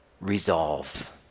resolve